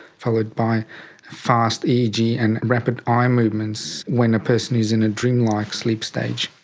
followed by fast eeg and rapid eye movements when a person is in a dreamlike sleep stage.